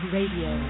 Radio